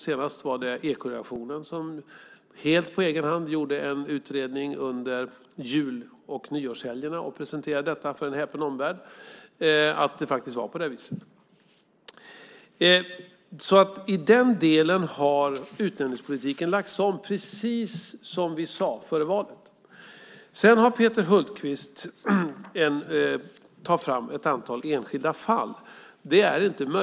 Senast var det Ekoredaktionen som helt på egen hand gjorde en utredning, under jul och nyårshelgerna, och presenterade detta för en häpen omvärld, att det faktiskt var på det viset. Så i den delen har utnämningspolitiken lagts om precis som vi sade före valet. Peter Hultqvist tar fram ett antal enskilda fall.